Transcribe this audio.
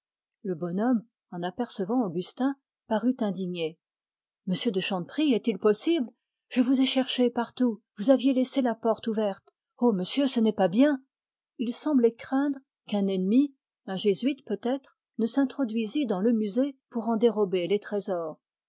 le bonhomme en apercevant augustin parut indigné monsieur de chanteprie je vous ai cherché partout vous aviez laissé la porte ouverte oh monsieur ce n'est pas bien il semblait craindre qu'un ennemi un jésuite peut-être ne s'introduisît dans le musée pour en dérober les trésors